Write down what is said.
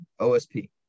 OSP